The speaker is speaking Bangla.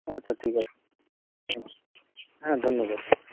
আচ্ছা ঠিক আছে হ্যাঁ ধন্যবাদ